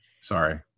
Sorry